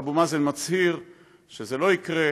אבו מאזן מצהיר שזה לא יקרה,